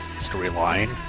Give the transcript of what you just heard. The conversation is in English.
storyline